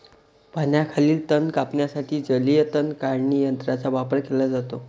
पाण्याखालील तण कापण्यासाठी जलीय तण काढणी यंत्राचा वापर केला जातो